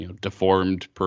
deformed